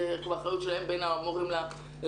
זו כבר אחריות שלהם בין המורים להורים.